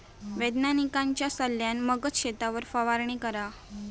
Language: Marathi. वैज्ञानिकांच्या सल्ल्यान मगच शेतावर फवारणी करा